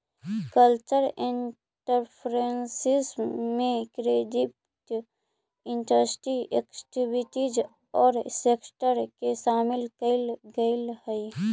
cultural entrepreneurship में creative industry activities औउर sector के शामिल कईल गेलई हई